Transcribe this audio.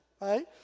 right